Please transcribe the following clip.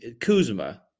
Kuzma